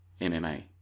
MMA